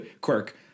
quirk